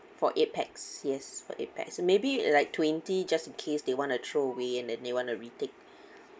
for eight pax yes for eight pax maybe like twenty just in case they wanna throw away and then they wanna retake